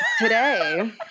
today